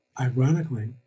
Ironically